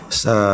sa